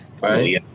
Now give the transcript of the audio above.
right